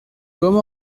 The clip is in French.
comme